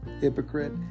hypocrite